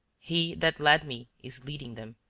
he that led me is leading them.